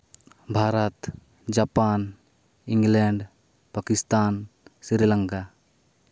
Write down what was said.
Bharat Japan England Pakistan Sri Lanka